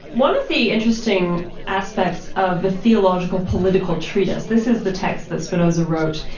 one of the interesting aspects of the theological political treatise, this is the text that spinoza wrote,